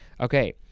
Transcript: Okay